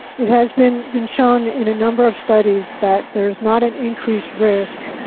it has been, been shown in a number of studies that there's not an increased risk